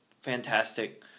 fantastic